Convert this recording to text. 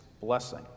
blessing